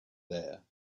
there